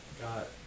got